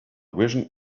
vision